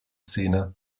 szene